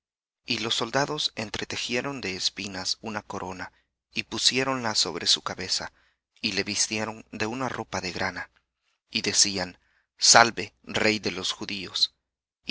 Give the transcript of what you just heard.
y los soldados entretejieron de espinas una corona y pusiéron sobre su cabeza y le vistieron de una ropa de grana y decían salve rey de los judíos